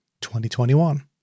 2021